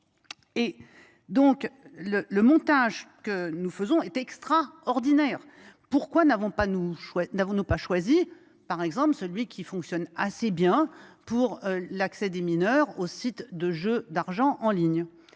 sanction… Le montage que nous faisons est extraordinaire. Pourquoi n’avons nous pas choisi, par exemple, celui qui fonctionne assez bien pour l’accès des mineurs aux sites de jeux d’argent en ligne ?